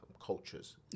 cultures